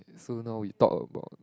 so now we talked about